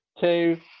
two